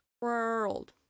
world